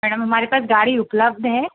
madam हमारे पास गाड़ी उपलब्ध है